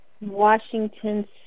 Washington